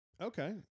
Okay